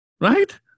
right